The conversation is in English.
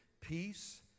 peace